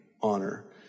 honor